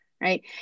right